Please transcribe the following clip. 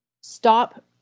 stop